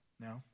No